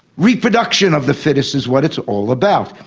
reproduction of the fittest is what it's all about.